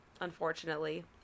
unfortunately